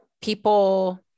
people